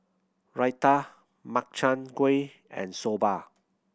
Raita Makchang Gui and Soba